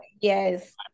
yes